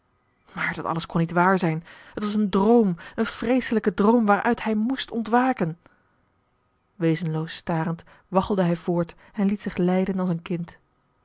maar dat alles kon niet waar zijn het was een droom een vreeselijke droom waaruit hij moest ontwaken wezenloos starend waggelde hij voort en liet zich leiden als een kind